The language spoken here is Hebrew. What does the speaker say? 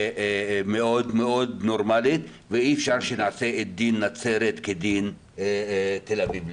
מאוד מאוד נורמלית ואי אפשר שנעשה דין נצרת כדין תל אביב,